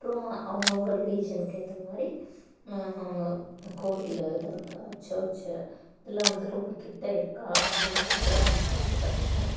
அப்புறம் அவங்கவங்க ரிலிஜனுக்கு ஏற்ற மாதிரி கோயில் தர்க்கா சர்ச் இதெல்லாம் வந்து ரொம்ப கிட்ட இருக்கா அப்படிங்குறது நம்ம பார்த்து கட்டணும்